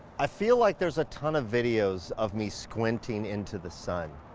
i feel like there's a ton of videos of me squinting into the sun.